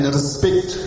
respect